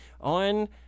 on